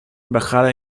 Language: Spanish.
embajada